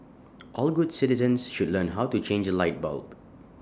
all good citizens should learn how to change A light bulb